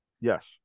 Yes